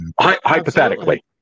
Hypothetically